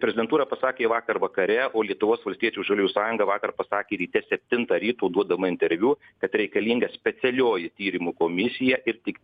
prezidentūra pasakė vakar vakare o lietuvos valstiečių žaliųjų sąjunga vakar pasakė ryte septintą ryto duodama interviu kad reikalinga specialioji tyrimų komisija ir tik